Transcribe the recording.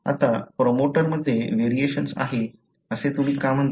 आता प्रमोटरमध्ये व्हेरिएशन्स आहे असे तुम्ही का म्हणता